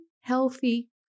healthy